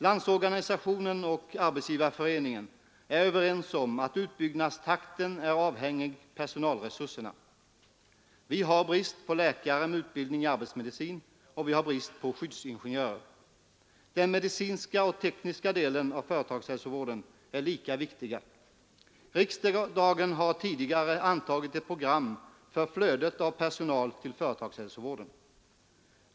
LO och SAF är överens om att utbyggnadstakten är avhängig av personalresurserna, Vi har brist på läkare med utbildning i arbetsmedicin och på skyddsingenjörer. Den medicinska och tekniska delen av företagshälsovården är lika viktiga. Riksdagen har tidigare antagit ett program för flödet av personal till företagshälsovården.